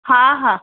हा हा